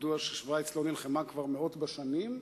ידוע ששווייץ לא נלחמה כבר מאות בשנים,